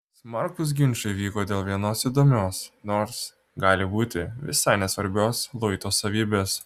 smarkūs ginčai vyko dėl vienos įdomios nors gali būti visai nesvarbios luito savybės